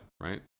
right